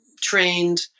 trained